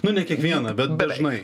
nu ne kiekvieną bet dažnai